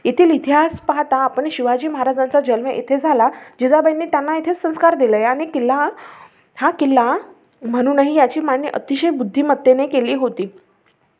येथील इतिहास पाहता आपण शिवाजी महाराजांचा जन्म इथे झाला जिजा बाईंनी त्यांना इथेच संस्कार दिला आहे आणि किल्ला हा किल्ला म्हणूनही याची मांडणी अतिशय बुद्धिमत्तेने केली होती